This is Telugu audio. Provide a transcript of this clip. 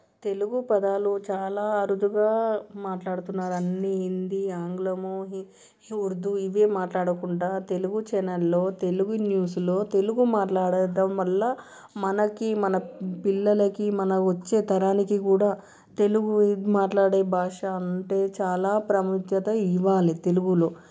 తెలుగు పదాలు చాలా అరుదుగా మాట్లాడుతున్నారు అన్నీ హిందీ ఆంగ్లము ఈ ఉర్దూ ఇవే మాట్లాడుకుంటారు తెలుగు ఛానల్లో తెలుగు న్యూస్లో తెలుగు మాట్లాడడం వల్ల మనకి మన పిల్లలకి మన వచ్చే తరానికి కూడా తెలుగు మాట్లాడే భాష అంటే చాలా ప్రాముఖ్యత ఇవ్వాలి తెలుగులో